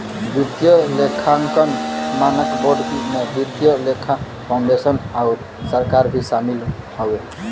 वित्तीय लेखांकन मानक बोर्ड में वित्तीय लेखा फाउंडेशन आउर सरकार भी शामिल हौ